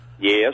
Yes